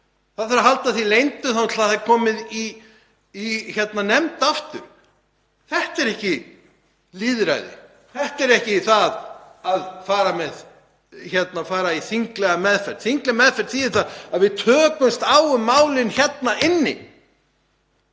það þarf að halda því leyndu þangað til það er komið í nefnd aftur. Þetta er ekki lýðræði, þetta er ekki það að fara í þinglega meðferð. Þingleg meðferð þýðir að við tökumst á um málin hérna inni.